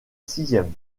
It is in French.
sixième